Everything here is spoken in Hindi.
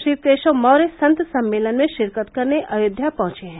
श्री केशव मौर्य संत सम्मेलन में शिरकत करने अयोध्या पहुंचे हैं